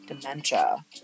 dementia